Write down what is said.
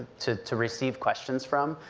to to receive questions from,